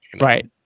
right